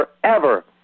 forever